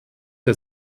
der